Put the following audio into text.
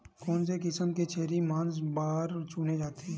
कोन से किसम के छेरी मांस बार चुने जाथे?